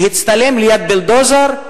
להצטלם ליד בולדוזר,